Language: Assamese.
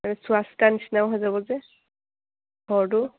চোৱা চিটা নিচিনাও হৈ যাব যে ঘৰটো